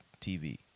TV